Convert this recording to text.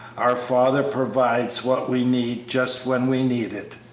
our father provides what we need just when we need it.